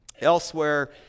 Elsewhere